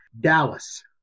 Dallas